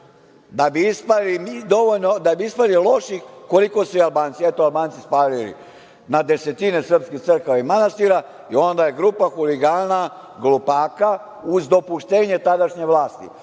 da bi ispali loši koliko su Albanci. Eto, Albanci spalili na desetine srpskih crkava i manastira i onda je grupa huligana, glupaka, uz dopuštenje tadašnje vlasti,